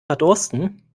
verdursten